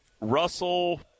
Russell